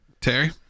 terry